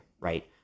Right